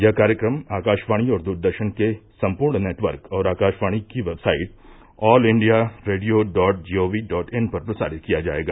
यह कार्यक्रम आकाशवाणी और दूरदर्शन के संपूर्ण नेटवर्क और आकाशवाणी की website all India radio dot gov dot in पर प्रसारित किया जाएगा